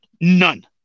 None